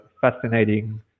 fascinating